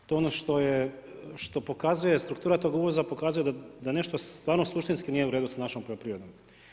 To je ono što je, struktura tog uvoza pokazuje da nešto stvarno suštinski nije u redu s našom poljoprivredom.